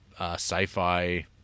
sci-fi